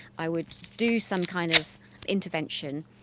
i would do some kind of intervention,